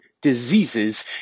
diseases